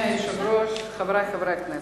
היושב-ראש, חברי חברי הכנסת,